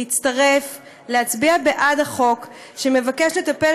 להצטרף ולהצביע בעד החוק שמבקש לטפל